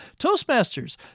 Toastmasters